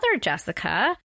Jessica